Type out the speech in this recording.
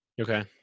Okay